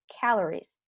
calories